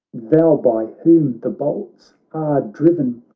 thou by whom the bolts are driven!